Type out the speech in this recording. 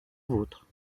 vôtre